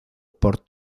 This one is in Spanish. por